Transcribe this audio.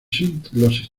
sistemas